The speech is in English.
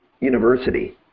university